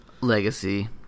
Legacy